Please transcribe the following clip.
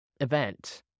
event